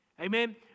Amen